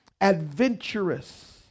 adventurous